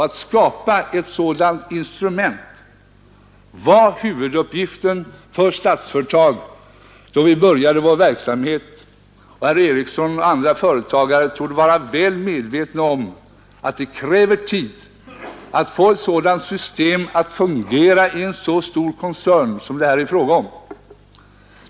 Att skapa ett sådant instrument var huvuduppgiften för Statsföretag då vi började vår verksamhet, och herr Ericsson och andra företagare torde vara väl medvetna om att det kräver tid att få ett sådant system att fungera i en så stor koncern som det här var fråga om.